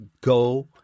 go